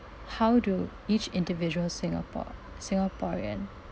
how do each individual singapore singaporean